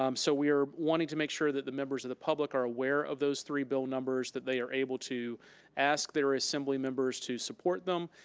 um so we are wanting to make sure that the members of the public are aware of those three bill numbers, that they are able to ask their assembly members to support them,